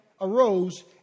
arose